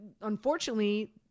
unfortunately